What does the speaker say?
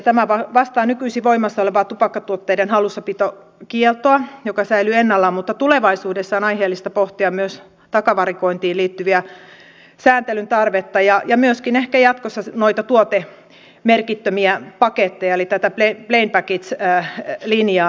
tämä vastaa nykyisin voimassa olevaa tupakkatuotteiden hallussapitokieltoa joka säilyy ennallaan mutta tulevaisuudessa on aiheellista pohtia myös takavarikointiin liittyvää sääntelyn tarvetta ja myöskin ehkä jatkossa noita tuotemerkittömiä paketteja eli tätä plain package linjaa